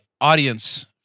audience